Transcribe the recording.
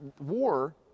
war